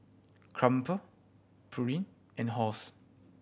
Crumpler Pureen and Halls